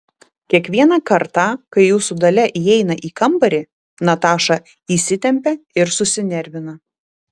kiekvieną kartą kai jūsų dalia įeina į kambarį nataša įsitempia ir susinervina